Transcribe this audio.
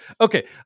Okay